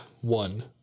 One